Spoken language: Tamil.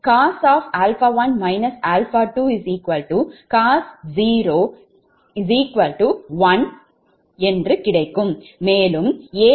0 மற்றும் 𝐴120 என்று பார்த்தோம்